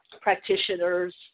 practitioners